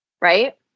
right